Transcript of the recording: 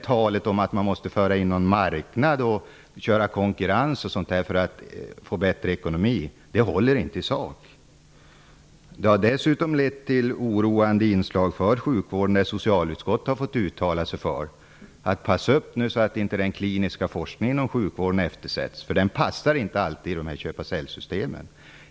Talet om att föra in marknad och konkurrens för att få bättre ekonomi håller inte i sak. Vidare har det lett till oro inom sjukvården när socialutskottet har uttalat att man skall se upp så att inte den kliniska forskningen om sjukvården eftersätts. Den passar inte alltid i köp--sälj-systemen.